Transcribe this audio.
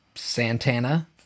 Santana